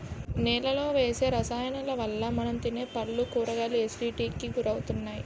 నేలలో వేసే రసాయనాలవల్ల మనం తినే పళ్ళు, కూరగాయలు ఎసిడిటీకి గురవుతున్నాయి